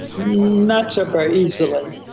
not so very easily